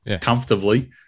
comfortably